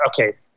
okay